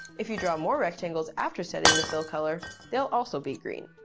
if you draw more rectangles after setting the fill color, they'll also be green.